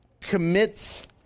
commits